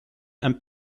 and